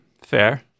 fair